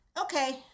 Okay